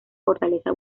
fortaleza